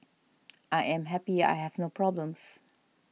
I am happy I have no problems